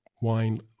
wine